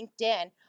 LinkedIn